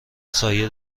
سایه